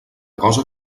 cosa